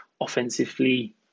offensively